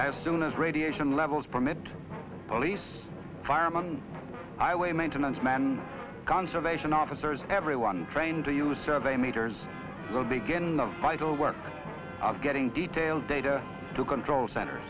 as soon as radiation levels permit police firemen i weigh maintenance man conservation officers everyone trained to use survey meters will begin the vital work of getting detailed data to control cent